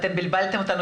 אתם בלבלתם אותנו,